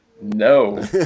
No